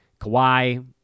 Kawhi